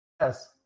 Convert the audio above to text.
Yes